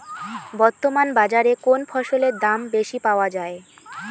বর্তমান বাজারে কোন ফসলের দাম বেশি পাওয়া য়ায়?